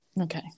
Okay